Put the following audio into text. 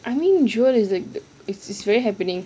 I mean jewel is the it's it's very happening